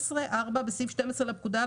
סעיף 12 4. בסעיף 12 לפקודה,